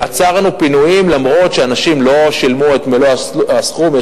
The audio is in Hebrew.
שעצרנו פינויים אף-על-פי שאנשים לא שילמו את מלוא הסכום,